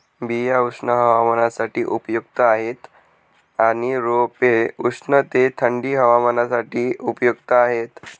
बिया उष्ण हवामानासाठी उपयुक्त आहेत आणि रोपे उष्ण ते थंडी हवामानासाठी उपयुक्त आहेत